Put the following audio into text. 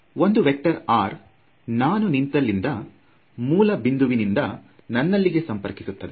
ಒಂದು vector r ನಾನು ನಿಂತಲ್ಲಿಂದ ಮೂಲ ಬಿಂದುವಿನಿಂದ ನನ್ನಲ್ಲಿಗೆ ಸಂಪರ್ಕಿಸುತ್ತದೆ